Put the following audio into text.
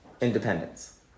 Independence